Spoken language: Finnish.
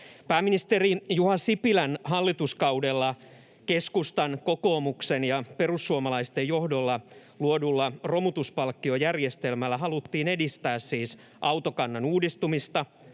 Pääministeri Juha Sipilän hallituskaudella keskustan, kokoomuksen ja perussuomalaisten johdolla luodulla romutuspalkkiojärjestelmällä haluttiin edistää siis autokannan uudistumista,